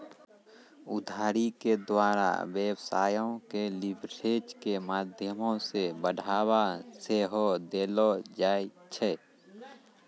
उधारी के द्वारा व्यवसायो के लीवरेज के माध्यमो से बढ़ाबा सेहो देलो जाय छै